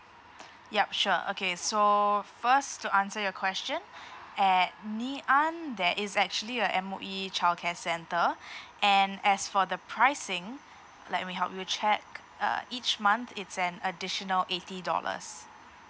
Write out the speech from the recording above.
yup sure okay so first to answer your question at ngee ann there is actually a M_O_E childcare centre and as for the pricing let me help you check uh each month it's an additional eighty dollars